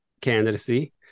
candidacy